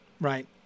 right